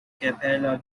capella